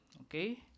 okay